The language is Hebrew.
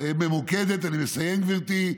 אני מסיים, גברתי.